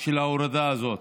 של ההורדה הזאת.